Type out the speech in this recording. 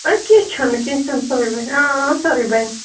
اَدٕ کیٚنہہ چھُنہٕ کیٚنہہ چھُنہٕ سورٕے بَنہِ سورٕے بَنہِ